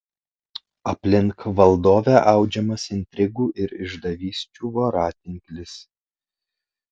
aplink valdovę audžiamas intrigų ir išdavysčių voratinklis